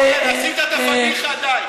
עשית את הפדיחה, די.